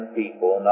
people